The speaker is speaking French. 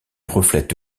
reflète